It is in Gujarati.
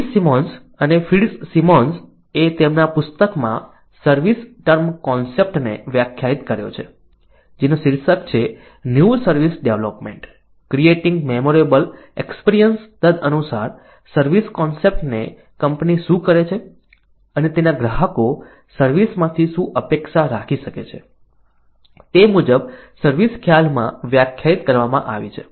Fitzsimmons અને Fitzsimmons એ તેમના પુસ્તકમાં સર્વિસ ટર્મ કોન્સેપ્ટને વ્યાખ્યાયિત કર્યો છે જેનું શીર્ષક છે new service development creating memorable experience તદનુસાર સર્વિસ કોન્સેપ્ટને કંપની શું કરે છે અને તેના ગ્રાહકો સર્વિસ માંથી શું અપેક્ષા રાખી શકે છે તે મુજબ સર્વિસ ખ્યાલમાં વ્યાખ્યાયિત કરવામાં આવી છે